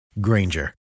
Granger